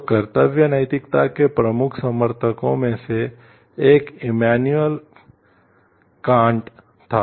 तो कर्तव्य नैतिकता के प्रमुख समर्थकों में से एक इमैनुअल कांट था